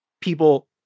people